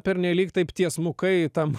pernelyg taip tiesmukai tam